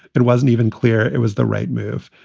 it wasn't even clear. it was the right move.